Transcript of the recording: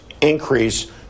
increase